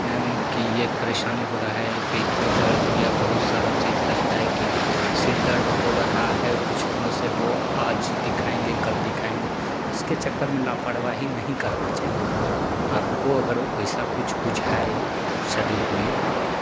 कि ये परेशानी हो रहा है पेट में दर्द या बहुत सारा चीज़ रहता है कि सिर दर्द हो रहा है कुछ दिनों से हो आज दिखाएंगे कल दिखाएंगे उसके चक्कर में लापरवाही नहीं करना चाहिए आपको अगर वैसा कुछ बुझाए शरीर में